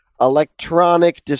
electronic